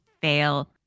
fail